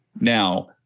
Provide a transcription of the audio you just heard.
Now